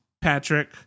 Patrick